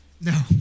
No